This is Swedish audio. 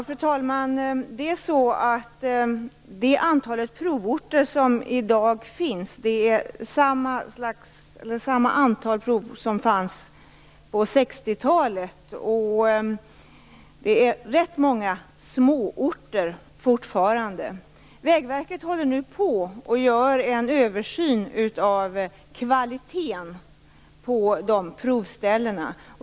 Fru talman! Det antal provorter som finns i dag är samma antal som fanns på 60-talet. Det är fortfarande ganska många småorter. Vägverket gör nu en översyn av kvaliteten på dessa provställen.